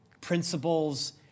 principles